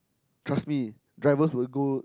trust me drivers will go